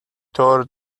tore